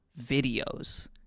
videos